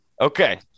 Okay